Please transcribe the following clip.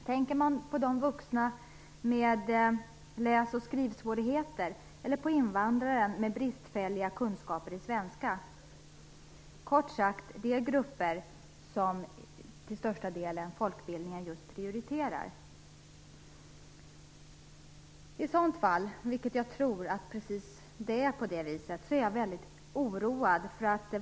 Tänker man på vuxna med läs och skrivsvårigheter eller på invandrare med bristfälliga kunskaper i svenska? Tänker man, kort sagt, på just de grupper som folkbildningen till största delen prioriterar? Jag tror att det är på det viset. I så fall är jag väldigt oroad.